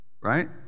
right